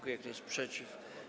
Kto jest przeciw?